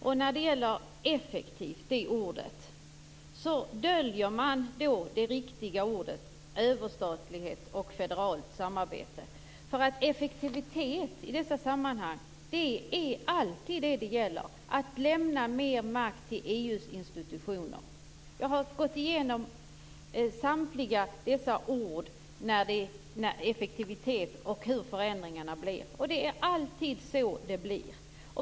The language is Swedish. Bakom ordet effektiv döljer man de riktiga orden överstatlighet och federalt samarbete. Effektivitet i dessa sammanhang handlar alltid om att lämna mer makt till EU:s institutioner. Jag har gått igenom samtliga dessa ord. Jag har gått igenom detta med effektivitet och hur förändringarna blir. Och det är alltid så det blir.